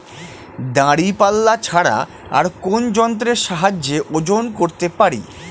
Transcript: দাঁড়িপাল্লা ছাড়া আর কোন যন্ত্রের সাহায্যে ওজন করতে পারি?